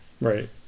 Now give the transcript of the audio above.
Right